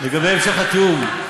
לגבי המשך התיאום.